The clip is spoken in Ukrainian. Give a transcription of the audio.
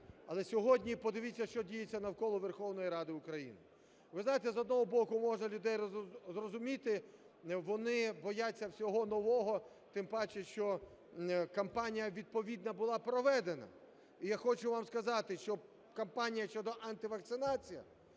Але сьогодні подивіться, що діється навколо Верховної Ради України. Ви знаєте, з одного боку, можна людей зрозуміти, вони бояться всього нового, тим паче, що кампанія відповідна була проведена. І я хочу вам сказати, що кампанія щодо антивакцинації